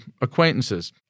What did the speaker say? acquaintances